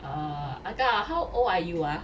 err ah gao how old are you ah